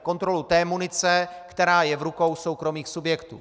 Kontrolu té munice, která je v rukou soukromých subjektů.